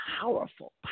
powerful